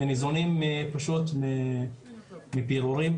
וניזונים מפירורים,